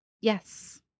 yes